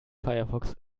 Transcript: firefox